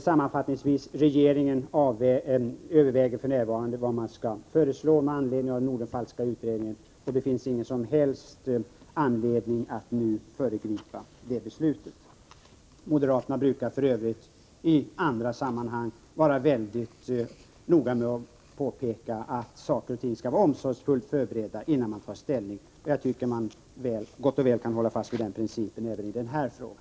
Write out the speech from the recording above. Sammanfattningsvis: Regeringen överväger för närvarande vad man skall föreslå med anledning av den Nordenfalkska utredningen, och det finns ingen som helst anledning att nu föregripa det beslutet. Moderaterna brukar för övrigt i andra sammanhang vara mycket noga med att påpeka att saker och ting skall vara omsorgsfullt förberedda innan man tar ställning, och jag tycker gott och väl att man kan hålla fast vid den principen även i den här frågan.